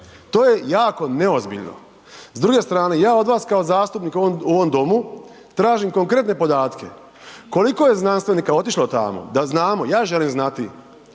to je jako neozbiljno. S druge strane ja od vas kao zastupnik u ovom domu tražim konkretne podatke koliko je znanstvenika otišlo tamo, da znamo, ja želim znati,